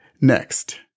Next